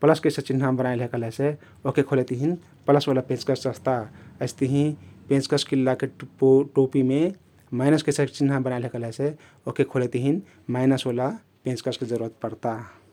प्लस कैसा चिन्हा बनाइल हे कहलेसे ओहके खोलेक तहिन प्लस ओला पेंचकस चहता । अइस्तहिं पेंचकस किल्लाके टुप्पो टोपीमे माइनस कसा चिन्ह बनाइल हे कहलेसे ओहके खोलेक तहिन माइनस ओला पेंचकसके जरुरत पर्ता ।